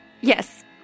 Yes